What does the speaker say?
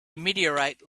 meteorite